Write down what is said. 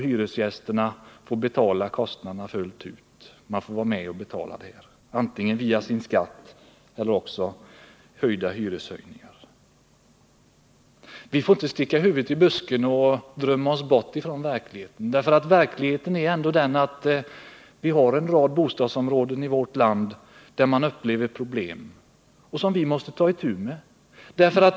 Hyresgästerna får däremot betala kostnaderna fullt ut, antingen via skatten eller i form av hyreshöjningar. Vi får inte sticka huvudet i busken och drömma oss bort från verkligheten. Verkligheten är ändå den att vi har en rad bostadsområden i vårt land där man upplever problem som vi måste ta itu med.